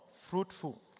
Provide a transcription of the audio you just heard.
fruitful